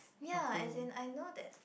ya as in I know that